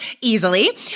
easily